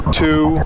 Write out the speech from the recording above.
two